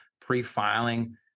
pre-filing